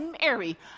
Mary